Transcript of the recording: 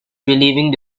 relieving